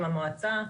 עם המועצה,